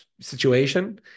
situation